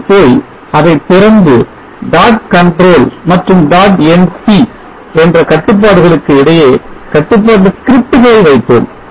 cir க்கு போய் அதை திறந்து dot control மற்றும் dot endc என்ற கட்டுப்பாடுகளுக்கு இடையே கட்டுப்பாட்டு scriptsகளை வைப்போம்